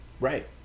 right